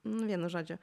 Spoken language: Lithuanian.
nu vienu žodžiu